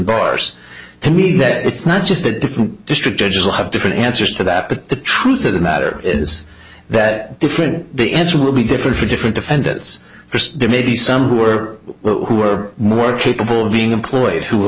bars to me that it's not just a different district judges will have different answers to that but the truth of the matter is that different the answer will be different for different defendants there may be some were who are more capable of being employed who will